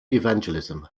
evangelism